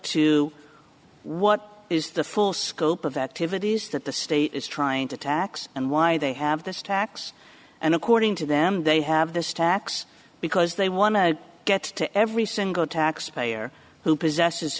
to what is the full scope of that to vot is that the state is trying to tax and why they have this tax and according to them they have this tax because they want to get to every single taxpayer who possesses